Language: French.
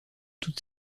toute